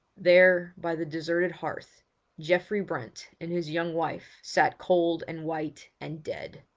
there by the deserted hearth geoffrey brent and his young wife sat cold and white and dead.